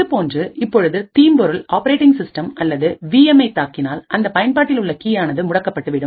இதேபோன்று இப்பொழுது தீம்பொருள் ஆப்பரேட்டிங் சிஸ்டம் அல்லது விஎம்ஐ தாக்கினால் அந்த பயன்பாட்டில் உள்ள கீயானது முடக்கப்பட்டு விடும்